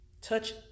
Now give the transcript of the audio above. Touch